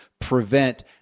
prevent